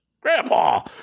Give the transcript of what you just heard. Grandpa